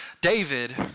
David